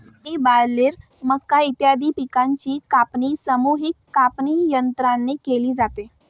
राई, बार्ली, मका इत्यादी पिकांची कापणी सामूहिक कापणीयंत्राने केली जाते